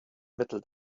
mittel